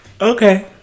okay